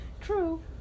True